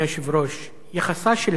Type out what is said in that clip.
יחסה של המדינה מאז